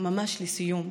ממש לסיום,